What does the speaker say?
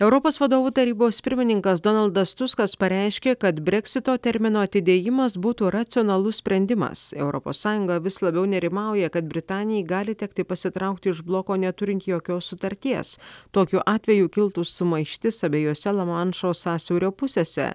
europos vadovų tarybos pirmininkas donaldas tuskas pareiškė kad breksito termino atidėjimas būtų racionalus sprendimas europos sąjunga vis labiau nerimauja kad britanijai gali tekti pasitraukti iš bloko neturint jokios sutarties tokiu atveju kiltų sumaištis abiejose lamanšo sąsiaurio pusėse